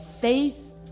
faith